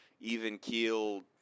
even-keeled